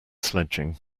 sledging